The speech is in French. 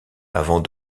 avant